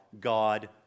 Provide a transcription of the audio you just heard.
God